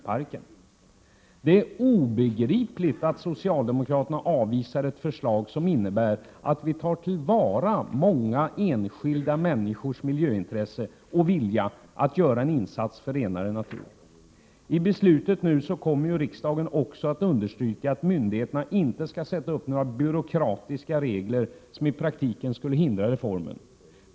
till dem som skaffar bättre avgasrening på äldre bilar. Förslaget innebär ju att vi tar till vara många enskilda människors miljöintresse och vilja att göra en insats för en renare natur. I det beslut som riksdagen kommer att fatta understryks att myndigheterna inte skall sätta upp några byråkratiska regler som i praktiken skulle hindra reformen.